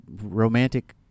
romantic